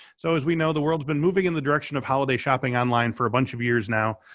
so as we know, the world's been moving in the direction of holiday shopping online for a bunch of years now,